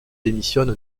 démissionne